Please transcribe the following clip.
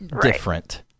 different